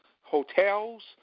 hotels